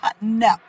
No